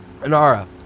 Anara